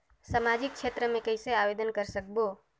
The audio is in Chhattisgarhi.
समाजिक क्षेत्र मे कइसे आवेदन कर सकबो?